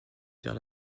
vers